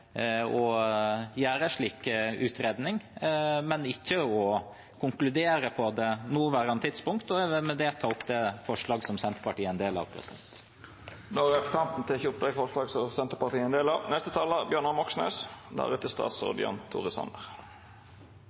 gjøre en slik utredning, men ikke å konkludere på det nåværende tidspunkt. Jeg vil med det ta opp forslaget som Senterpartiet er en del av. Då har representanten Sigbjørn Gjelsvik teke opp det forslaget han refererte til. Å bytte ut fossilbiler med elbiler er